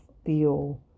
feel